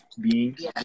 beings